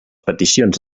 peticions